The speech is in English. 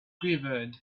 quivered